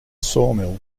sawmill